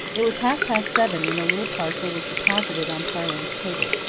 it was half-past seven when the little parcel was deposited on tarling's table.